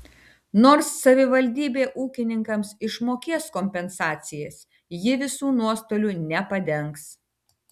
nors savivaldybė ūkininkams išmokės kompensacijas ji visų nuostolių nepadengs